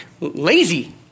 lazy